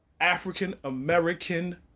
African-American